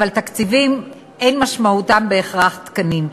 אבל תקציבים אין משמעותם בהכרח תקנים.